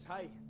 hey